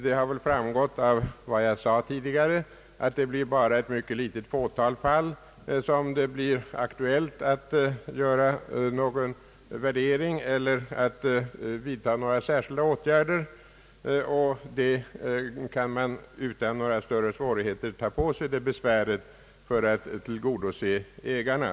Det har väl framgått av vad jag tidigare sade att det endast i ett mycket litet fåtal fall blir aktuellt att göra någon värdering eller vidta några särskilda åtgärder. Man kan utan större svårigheter ta på sig det besväret för att tillgodose ägarna.